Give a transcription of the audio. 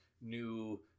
new